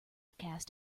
cast